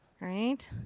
right.